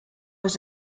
was